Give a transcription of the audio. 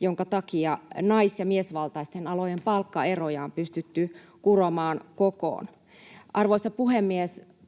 jonka takia nais- ja miesvaltaisten alojen palkkaeroja on pystytty kuromaan kokoon. Arvoisa puhemies!